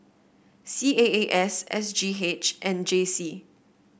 C A A S S G H and J C